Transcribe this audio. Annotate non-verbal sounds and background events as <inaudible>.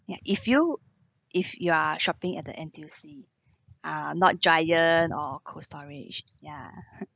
ya if you if you are shopping at the N_T_U_C uh not Giant or Cold Storage ya <laughs>